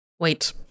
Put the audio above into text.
Wait